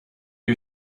you